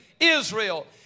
Israel